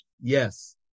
Yes